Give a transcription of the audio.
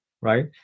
right